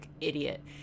idiot